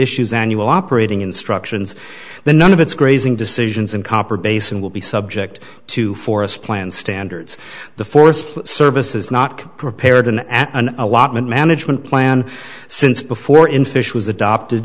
issues annual operating instructions the none of its grazing decisions and copper basin will be subject to forest plan standards the forest service is not prepared in at an allotment management plan since before in fish was adopted